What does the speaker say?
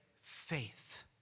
faith